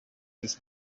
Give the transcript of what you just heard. this